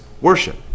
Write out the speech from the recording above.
worship